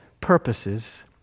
purposes